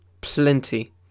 Plenty